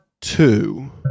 two